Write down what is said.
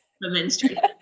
menstruation